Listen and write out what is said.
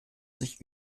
sich